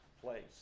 place